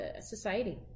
society